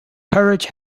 courage